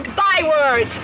byword